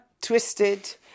twisted